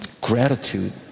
gratitude